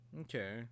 Okay